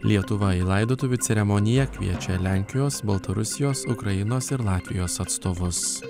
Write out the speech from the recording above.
lietuvą į laidotuvių ceremoniją kviečia lenkijos baltarusijos ukrainos ir latvijos atstovus